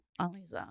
Aliza